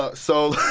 ah so